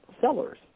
sellers